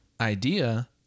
idea